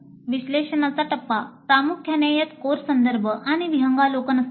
विश्लेषणाचा टप्पा प्रामुख्याने यात कोर्स संदर्भ आणि विहंगावलोकन असतात